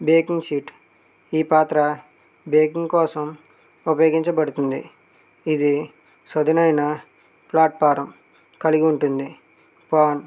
baking sheet ఈ పాత్ర baking కోసం ఉపయోగించబడుతుంది ఇది సదునైన ప్లాట్ఫారం కలిగి ఉంటుంది పాన్